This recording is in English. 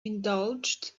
indulged